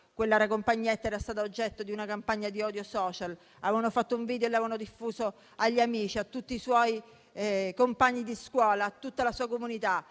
Quella ragazza era stato oggetto di una campagna di odio *social*. Avevano fatto un video e lo avevano diffuso agli amici, a tutti i suoi compagni di scuola, a tutta la sua comunità